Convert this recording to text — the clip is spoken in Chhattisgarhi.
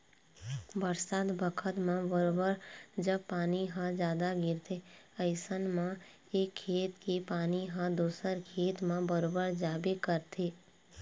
बरसात बखत म बरोबर जब पानी ह जादा गिरथे अइसन म एक खेत के पानी ह दूसर खेत म बरोबर जाबे करथे